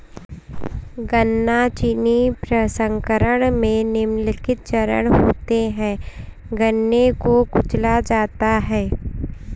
गन्ना चीनी प्रसंस्करण में निम्नलिखित चरण होते है गन्ने को कुचला जाता है